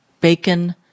bacon